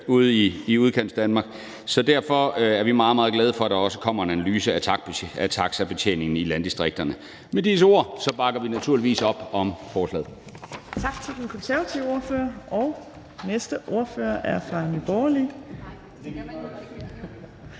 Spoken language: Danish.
i Udkantsdanmark. Så derfor er vi meget, meget glade for, at der også kommer en analyse af taxabetjeningen i landdistrikterne. Med disse ord bakker vi naturligvis op om forslaget.